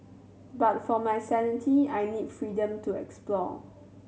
but for my sanity I need freedom to explore